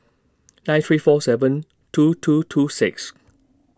nine three four seven two two two six